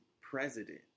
president